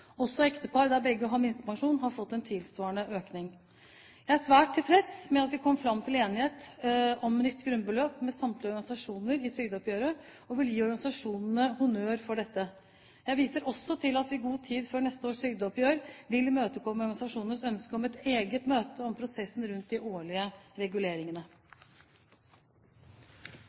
Også ektepar der begge har minstepensjon har fått en tilsvarende økning. Jeg er svært tilfreds med at vi kom fram til enighet om nytt grunnbeløp med samtlige organisasjoner i trygdeoppgjøret, og vil gi organisasjonene honnør for dette. Jeg viser også til at vi i god tid før neste års trygdeoppgjør vil imøtekomme organisasjonenes ønske om et eget møte om prosessen rundt de årlige reguleringene.